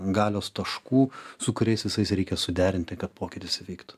galios taškų su kuriais visais reikia suderinti kad pokytis įvyktų